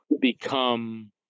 become